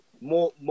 More